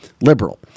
liberal